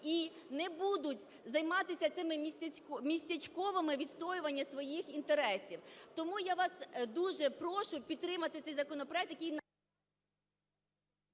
і не будуть займатися цими містечковими відстоюваннями своїх інтересів. Тому я вас дуже прошу підтримати цей законопроект, який…